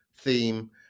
theme